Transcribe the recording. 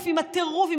הטירוף,